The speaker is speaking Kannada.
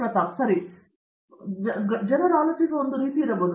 ಪ್ರತಾಪ್ ಹರಿಡೋಸ್ ಸರಿ ಮತ್ತು ಆಲೋಚಿಸುವ ಒಂದು ರೀತಿ ಇರಬಹುದು